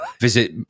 visit